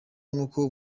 n’uko